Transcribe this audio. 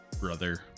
Brother